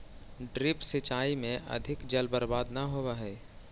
drip सिंचाई में अधिक जल बर्बाद न होवऽ हइ